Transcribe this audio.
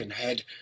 head